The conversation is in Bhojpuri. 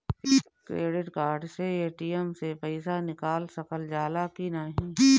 क्रेडिट कार्ड से ए.टी.एम से पइसा निकाल सकल जाला की नाहीं?